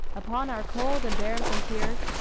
upon our cold and barren frontiers,